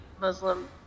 Muslim